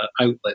outlet